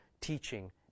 teaching